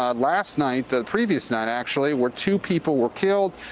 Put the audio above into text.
ah last night, the previous night actually where two people were killed,